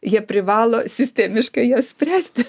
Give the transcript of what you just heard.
jie privalo sistemiškai jas spręsti